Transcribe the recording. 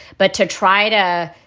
but to try to.